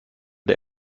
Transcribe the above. der